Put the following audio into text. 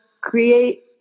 create